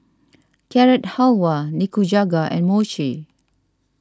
Carrot Halwa Nikujaga and Mochi